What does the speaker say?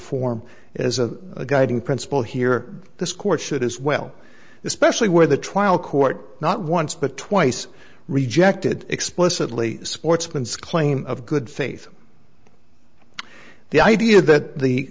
form as a guiding principle here this court should as well especially where the trial court not once but twice rejected explicitly sportsman's claim of good faith the idea that the